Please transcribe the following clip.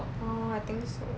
orh I think so